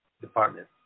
department